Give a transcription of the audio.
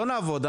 לא נעבוד,